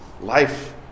life